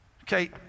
Okay